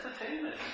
entertainment